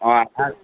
অঁ আধা